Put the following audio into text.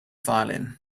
violin